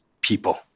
people